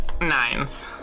Nines